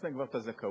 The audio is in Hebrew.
יש להם כבר זכאות,